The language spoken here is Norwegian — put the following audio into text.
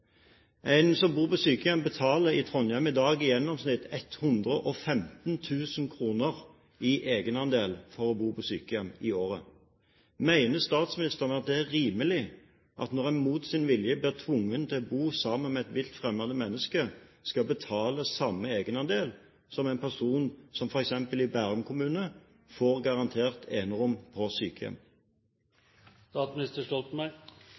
En som bor på sykehjem i Trondheim, betaler i dag i gjennomsnitt 115 000 kr i året i egenandel for å bo på sykehjem. Mener statsministeren at det er rimelig at en når en mot sin vilje blir tvunget til å bo sammen med et vilt fremmed menneske, skal betale samme egenandel som en person i f.eks. Bærum kommune, som garantert får enerom på sykehjem?